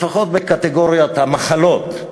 לפחות בקטגוריית המחלות,